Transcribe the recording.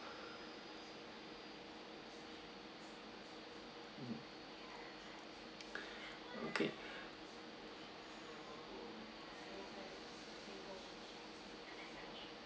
mm okay